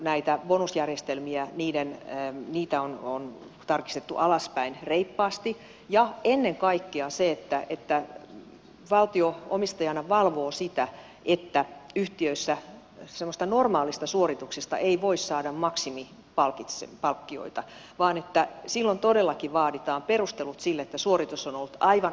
näitä bonusjärjestelmiä on tarkistettu alaspäin reippaasti ja ennen kaikkea valtio omistajana valvoo sitä että yhtiöissä semmoisesta normaalista suorituksesta ei voi saada maksimipalkkiota vaan silloin todellakin vaaditaan perustelut sille että suoritus on ollut aivan erinomainen